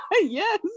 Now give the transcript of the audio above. Yes